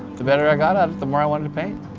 the better i got ah the more i wanted to paint.